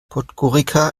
podgorica